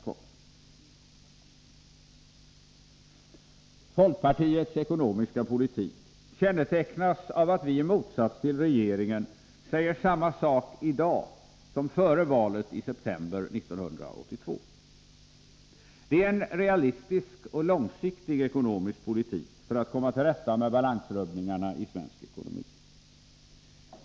Herr talman! Folkpartiets ekonomiska politik kännetecknas av att vi i motsats till regeringen säger samma sak i dag som före valet i september 1982. Det är en realistisk och långsiktig ekonomisk politik för att komma till rätta med balansrubbningarna i svensk ekonomi.